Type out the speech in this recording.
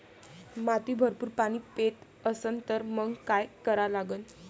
माती भरपूर पाणी पेत असन तर मंग काय करा लागन?